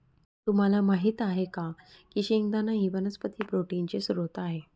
तुम्हाला माहित आहे का की शेंगदाणा ही वनस्पती प्रोटीनचे स्त्रोत आहे